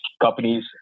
companies